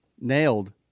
Nailed